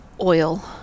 oil